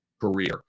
career